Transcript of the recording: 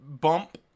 bump